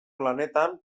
lanetan